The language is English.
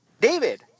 David